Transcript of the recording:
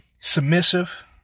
submissive